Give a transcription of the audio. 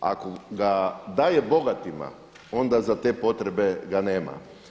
Ako ga daje bogatima onda za te potrebe ga nema.